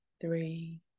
three